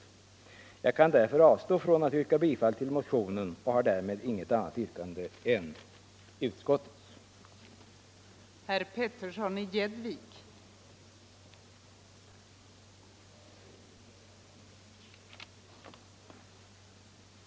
Jag kan därför avstå från att yrka bifall till motionen och har därmed intet annat yrkande än utskottet.